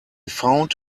found